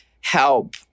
help